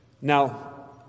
Now